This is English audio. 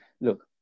look